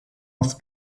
auf